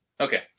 Okay